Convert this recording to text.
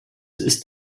ist